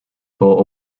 bought